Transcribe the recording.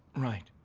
right.